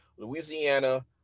Louisiana